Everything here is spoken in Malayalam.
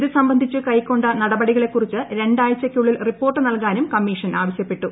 ഇത് സംബന്ധിച്ച് കൈക്കൊണ്ട നട്ടപടികളെക്കുറിച്ച് രണ്ട് ആഴ്ചയ് ക്കുള്ളിൽ റിപ്പോർട്ട് നൽകാനും കമ്മീഷൻ ആവശ്യപ്പെട്ടു